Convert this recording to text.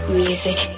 music